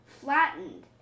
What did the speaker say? flattened